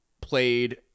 played